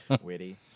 Witty